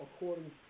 according